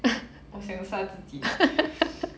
我想杀自己